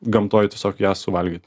gamtoj tiesiog ją suvalgyt